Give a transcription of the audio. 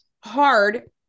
hard